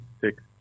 six